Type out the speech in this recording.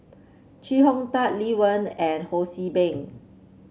Chee Hong Tat Lee Wen and Ho See Beng